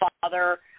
father